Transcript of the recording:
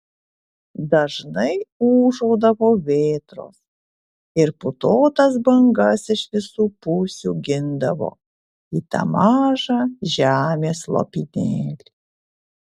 dažnai ūžaudavo vėtros ir putotas bangas iš visų pusių gindavo į tą mažą žemės lopinėlį